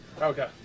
Okay